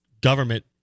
government